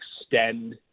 extend